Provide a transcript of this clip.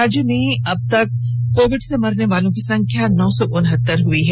राज्य में अबतक कोविड से मरने वालों की संख्या नौ सौ उनहत्तर हो गई है